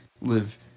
live